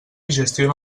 gestiona